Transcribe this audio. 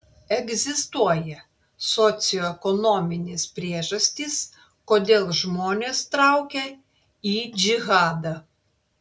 egzistuoja socioekonominės priežastys kodėl žmonės traukia į džihadą